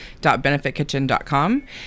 .benefitkitchen.com